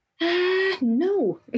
No